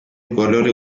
color